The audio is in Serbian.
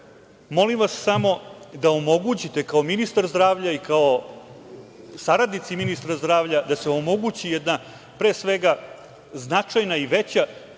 molim vas samo da omogućite, kao ministar za zdravlje i kao saradnici ministra zdravlja, da se omogući jedna, pre svega, značajna i veća